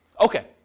Okay